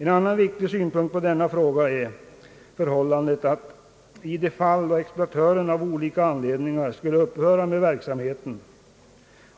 En annan viktig synpunkt är att om exploatören av olika anledningar skulle upphöra med verksamheten